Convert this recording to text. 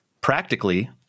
practically